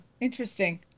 interesting